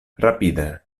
rapide